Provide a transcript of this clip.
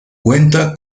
cuenta